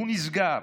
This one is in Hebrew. הוא נסגר.